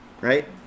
right